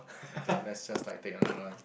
okay let's just like take another one